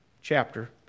chapter